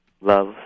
love